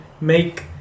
make